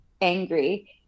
angry